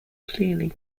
clearly